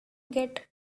get